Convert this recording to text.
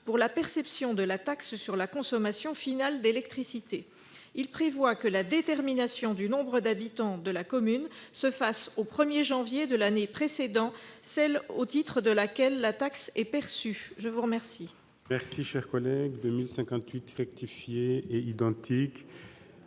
pour la perception de la taxe sur la consommation finale d'électricité. Il prévoit que la détermination du nombre d'habitants de la commune se fasse au 1 janvier de l'année précédant celle au titre de laquelle la taxe est perçue. La parole